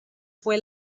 fue